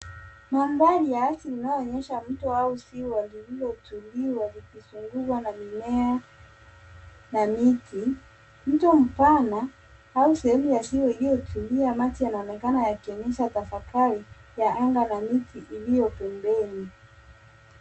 Mwambalia zinayoonyesha mto au ziwa lililotumiwa likizungukwa na mimea na miti. Mto mpana au sehemu ya ziwa iliyotulia maji yanaonekana yakionyesha tafakari ya anga na miti iliyo pembeni.